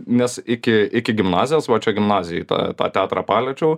nes iki iki gimnazijos va čia gimnazijoj tą tą teatrą paliečiau